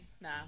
Nah